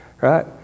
right